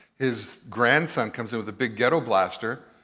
his grandson comes in with a big ghetto blaster,